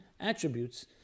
attributes